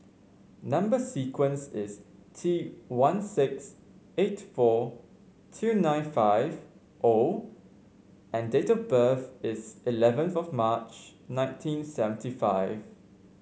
number sequence is T one six eight four two nine five O and date of birth is eleven March nineteen seventy five